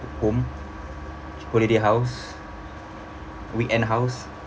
home holiday house weekend house